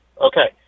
Okay